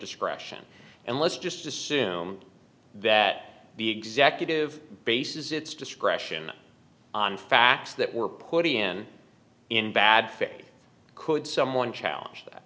discretion and let's just assume that the executive bases its discretion on facts that were put in in bad faith could someone challenge that